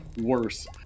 worse